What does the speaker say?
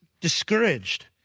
discouraged